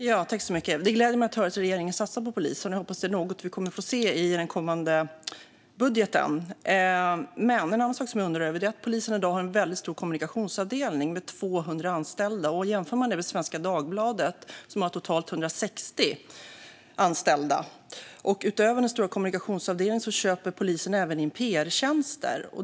Fru talman! Det gläder mig att höra att regeringen satsar på polisen, och jag hoppas att det är något vi kommer att få se i den kommande budgeten. En annan sak som jag undrar över är att polisen i dag har en väldig stor kommunikationsavdelning med 200 anställda. Det kan jämföras med Svenska Dagbladet som har totalt 160 anställda. Utöver den stora kommunikationsavdelningen köper polisen även in pr-tjänster.